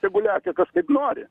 tegu lekia kas kaip nori